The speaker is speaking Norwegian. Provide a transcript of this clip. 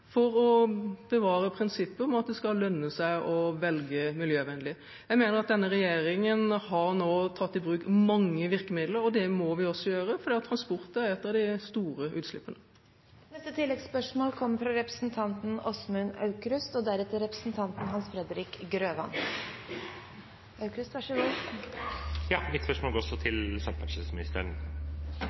for å bevare prinsippet om at det skal lønne seg å velge miljøvennlig. Jeg mener at denne regjeringen nå har tatt i bruk mange virkemidler, og det må vi også gjøre, for transport står for et av de store utslippene. Åsmund Aukrust – til oppfølgingsspørsmål. Mitt spørsmål går til samferdselsministeren. Norsk elbilpolitikk har, som Abid Q. Raja sa, vært en ubetinget suksess. Hele grunnen til